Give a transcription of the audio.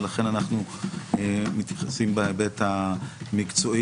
ולכן אנחנו מתייחסים בהיבט המקצועי.